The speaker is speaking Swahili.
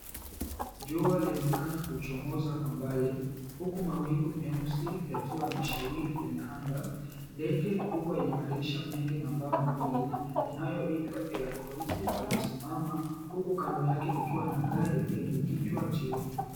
Jua linaonekana kuchomoza kwa mbali, huku mawingu meusi yakiwa yameshawiri kwenye anga. Ndege kubwa yenye madirisha mengi na mbawa mbili inayoitwa, Air Corsic, imesimama huku kando yake kukiwa na gari yenye kichwa cheupe.